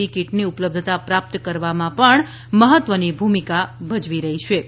ઈ કીટની ઉપલબ્ધતા પ્રાપ્ત કરવામાં મહત્વની ભૂમિકા રહી છે તા